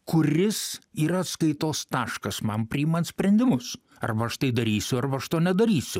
kuris yra atskaitos taškas man priimant sprendimus arba aš tai darysiu arba aš to nedarysiu